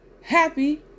happy